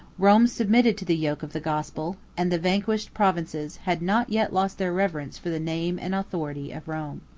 rome submitted to the yoke of the gospel and the vanquished provinces had not yet lost their reverence for the name and authority of rome.